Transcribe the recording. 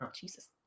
Jesus